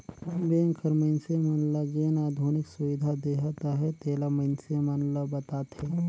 bank हर मइनसे मन ल जेन आधुनिक सुबिधा देहत अहे तेला मइनसे मन ल बताथे